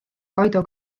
kaido